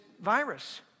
virus